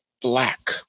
black